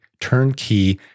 turnkey